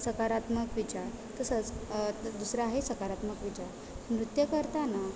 सकारात्मक विचार तसंच दुसरा आहे सकारात्मक विचार नृत्य करताना